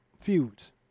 feuds